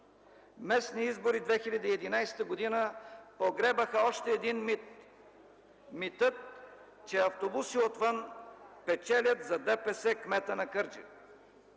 Местни избори 2011 г. погребаха още един мит – митът, че автобуси отвън печелят за ДПС кмета на Кърджали.